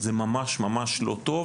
זה לא טוב